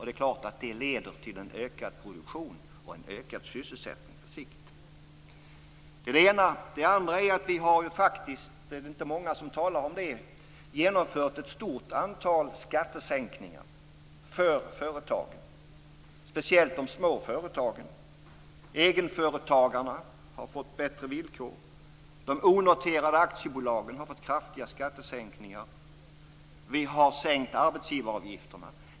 Det är klart att det leder till en ökad produktion och på sikt ökad sysselsättning. Det är inte många som talar om det, men vi har faktiskt genomfört ett stort antal skattesänkningar för speciellt de små företagen. Egenföretagarna har fått bättre villkor. De onoterade aktiebolagen har fått kraftiga skattesänkningar. Vi har sänkt arbetsgivaravgifterna.